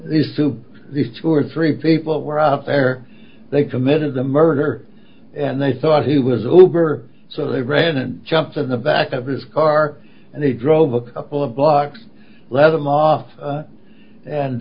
soup these two or three people were up there they committed a murder and they thought he was over so they ran and jumped in the back of his car and they drove a couple of blocks led them off and